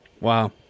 wow